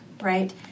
Right